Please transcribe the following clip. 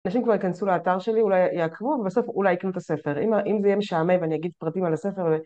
אנשים כבר יכנסו לאתר שלי, אולי יעקבו, ובסוף אולי יקנו את הספר. אם זה יהיה משעמם, ואני אגיד פרטים על הספר ו..